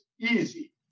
easy